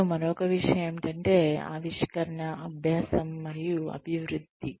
మరియు మరొక విషయం ఏమిటంటే ఆవిష్కరణ అభ్యాసం మరియు అభివృద్ధి